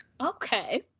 Okay